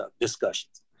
discussions